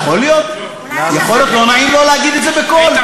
יכול להיות, לא נעים לו להגיד את זה בקול.